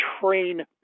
train